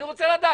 אני רוצה לדעת.